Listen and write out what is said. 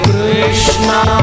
Krishna